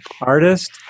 artist